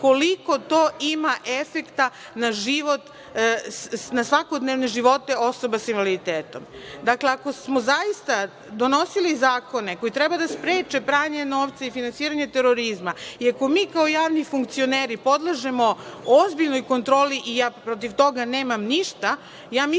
koliko to ima efekta na svakodnevne živote osoba sa invaliditetom. Dakle, ako smo zaista donosili zakone koji treba da spreče pranje novca i finansiranje terorizma, i ako mi kao javni funkcioneri, podležemo ozbiljnoj kontroli i ja protiv toga nemam ništa. Ja mislim